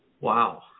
Wow